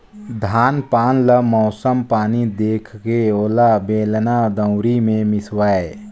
धान पान ल मउसम पानी देखके ओला बेलना, दउंरी मे मिसवाए